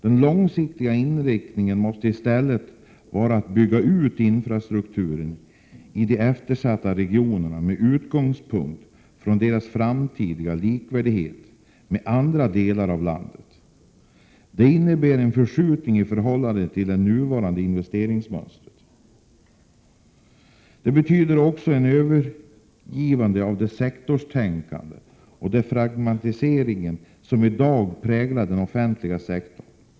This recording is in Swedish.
Den långsiktiga inriktningen måste i stället vara att bygga ut infrastrukturen i de eftersatta regionerna med utgångspunkt i deras framtida likvärdighet, om man jämför med andra delar av landet. Det innebär en förskjutning i förhållande till nuvarande investeringsmönster. Det betyder också ett övergivande av det sektorstänkande och den fragmentisering som i dag präglar den offentliga sektorn.